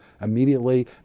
immediately